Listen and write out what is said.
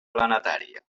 planetària